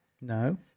No